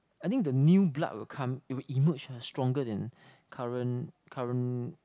I think the new blood will come it will emerge ah stronger than current current